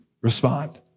respond